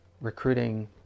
recruiting